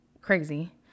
crazy